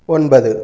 ஒன்பது